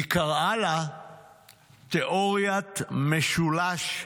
היא קראה לה תיאורית משולש האשמים.